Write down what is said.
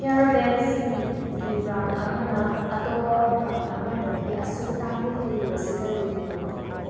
ꯍꯤꯌꯔ band ꯁꯤꯡꯒꯤ brand ꯑꯃꯅ ꯑꯇꯣꯞꯄ ꯕ꯭ꯔꯥꯟ ꯑꯃꯗꯒꯤ ꯑꯁꯨꯛ ꯇꯥꯡꯕ ꯍꯦꯜꯂꯤꯕꯁꯤ ꯀꯔꯤꯒꯤꯅꯣ